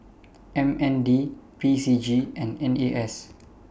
M N D P C G and N A S